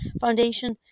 foundation